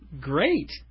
great